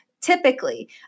Typically